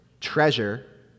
treasure